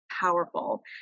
powerful